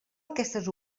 aquestes